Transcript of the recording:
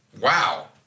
Wow